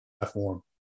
platform